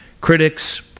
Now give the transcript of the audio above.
Critics